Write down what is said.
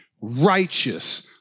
righteous